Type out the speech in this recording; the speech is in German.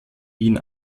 wien